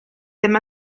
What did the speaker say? ddim